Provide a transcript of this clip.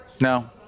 No